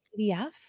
PDF